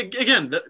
again